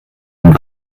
und